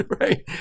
right